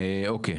אוקי,